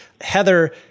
Heather